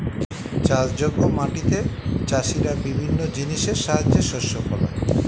চাষযোগ্য মাটিতে চাষীরা বিভিন্ন জিনিসের সাহায্যে শস্য ফলায়